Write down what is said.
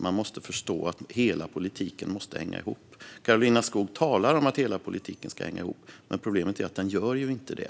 Man behöver förstå att hela politiken måste hänga ihop. Karolina Skog talar om att hela politiken ska hänga ihop, men problemet är att den inte gör det.